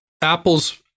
Apple's